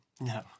no